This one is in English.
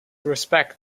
respect